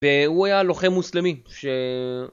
והוא היה לוחם מוסלמי, ש...